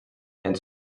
and